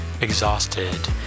exhausted